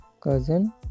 cousin